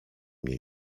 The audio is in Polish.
mnie